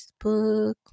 Facebook